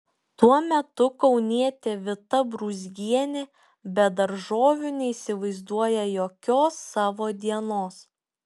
tuo metu kaunietė vita brūzgienė be daržovių neįsivaizduoja jokios savo dienos